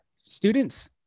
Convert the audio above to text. students